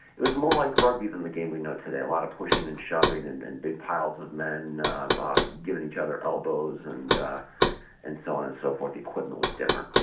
it was more like the rugby's and the game we know today, a lot of pushing and shoving and and big piles of men giving each other elbows and and so and and so forth equipment was different.